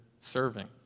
serving